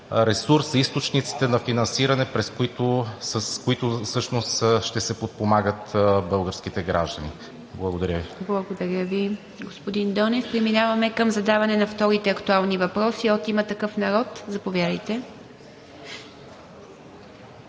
ресурсът, източниците на финансиране, с които всъщност ще се подпомагат българските граждани. Благодаря Ви. ПРЕДСЕДАТЕЛ ИВА МИТЕВА: Благодаря Ви, господин Донев. Преминаваме към задаване на вторите актуални въпроси от „Има такъв народ“. Заповядайте.